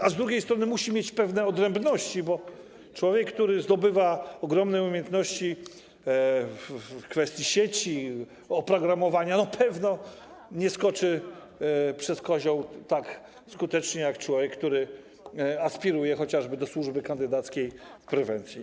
A z drugiej strony musi mieć pewne odrębności, bo człowiek, który zdobywa ogromne umiejętności w kwestii sieci, oprogramowania, pewno nie skoczy przez kozioł tak skutecznie jak człowiek, który aspiruje chociażby do służby kandydackiej w prewencji.